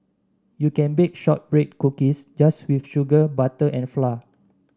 you can bake shortbread cookies just with sugar butter and flour